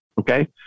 Okay